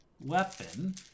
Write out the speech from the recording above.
weapon